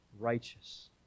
righteous